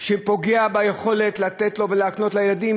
כשזה פוגע ביכולת לתת לו ולהקנות לילדים?